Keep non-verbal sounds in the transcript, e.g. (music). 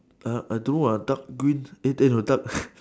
err I do ah dark green eh then the dark (noise)